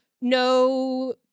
No